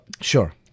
sure